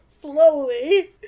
Slowly